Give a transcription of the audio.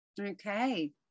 okay